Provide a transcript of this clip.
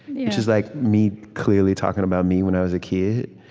which is like me clearly talking about me when i was a kid,